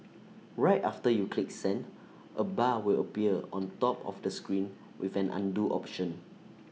right after you click send A bar will appear on top of the screen with an Undo option